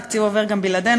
התקציב עובר גם בלעדינו,